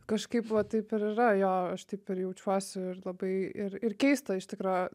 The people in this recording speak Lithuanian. kažkaip va taip ir yra jo aš taip ir jaučiuosi labai ir ir keista iš tikro